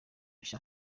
rushya